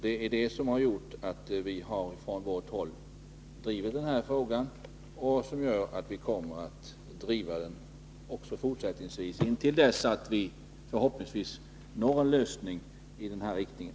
Därför har vi från vårt håll drivit denna fråga, och vi kommer att driva den intill dess vi förhoppningsvis når en lösning i den här riktningen.